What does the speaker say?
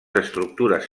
estructures